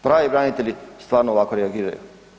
Pravi branitelj stvarno ovako reagiraju.